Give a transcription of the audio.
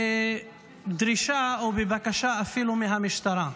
בדרישה או בבקשה אפילו מהמשטרה.